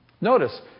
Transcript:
Notice